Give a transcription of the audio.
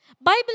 Bible